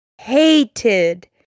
hated